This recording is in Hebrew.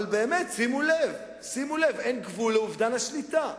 אבל שימו לב, אין גבול לאובדן השליטה,